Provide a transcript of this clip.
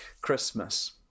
Christmas